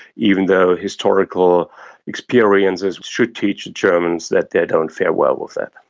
even though historical experiences should teach germans that they don't fare well with that.